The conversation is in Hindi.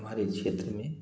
हमारे क्षेत्र में